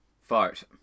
Fart